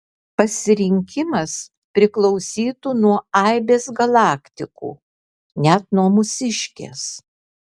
pasirinkimas priklausytų nuo aibės galaktikų net nuo mūsiškės